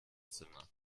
zimmer